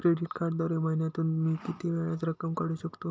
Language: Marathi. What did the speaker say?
क्रेडिट कार्डद्वारे महिन्यातून मी किती वेळा रक्कम काढू शकतो?